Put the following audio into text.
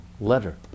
letter